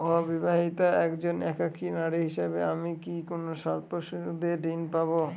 অবিবাহিতা একজন একাকী নারী হিসেবে আমি কি কোনো স্বল্প সুদের ঋণ পাব?